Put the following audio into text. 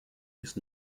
ist